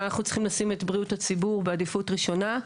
אנחנו צריכים לשים את בריאות הציבור בעדיפות ראשונה.